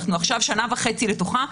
אנחנו עכשיו שנה וחצי בתוכה,